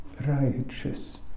righteous